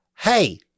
Hey